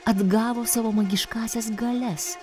atgavo savo magiškąsias galias